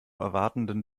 erwartenden